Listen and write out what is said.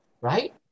right